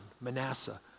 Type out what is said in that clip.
Manasseh